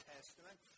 Testament